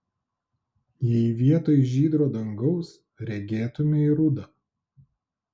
jei vietoj žydro dangaus regėtumei rudą